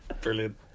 Brilliant